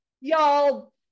y'all